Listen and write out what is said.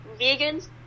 vegans